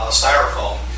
styrofoam